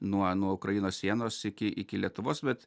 nuo nuo ukrainos sienos iki iki lietuvos bet